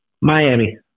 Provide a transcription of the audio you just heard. Miami